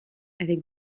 avec